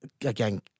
again